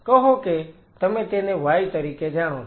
કહો કે તમે તેને y તરીકે જાણો છો